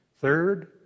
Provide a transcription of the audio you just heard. Third